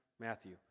Matthew